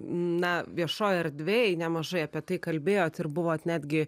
na viešojoj erdvėj nemažai apie tai kalbėjot ir buvo netgi